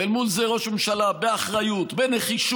ואל מול זה ראש הממשלה, באחריות, בנחישות,